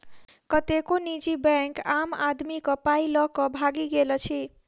कतेको निजी बैंक आम आदमीक पाइ ल क भागि गेल अछि